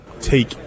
take